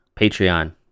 Patreon